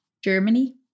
Germany